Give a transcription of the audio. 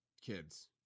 kids